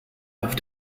auf